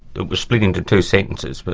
it was split into two sentences, but